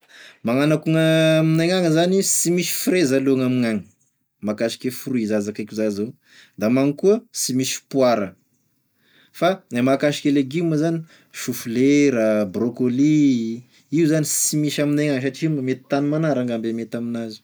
Magnano ako gn'aminay agny zany sy misy frezy aloa gn'aminay gnagny mahakasike fruit za zakaiko za zao da amignagny koa sy misy poara fa e mahakasiky e legioma zany choux flera, brocolie io zany sy misy aminay gn'agny satria mety tany manara angamba e mety aminazy io.